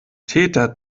täter